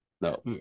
No